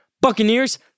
Buccaneers